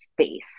space